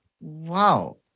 Wow